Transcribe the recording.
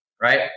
right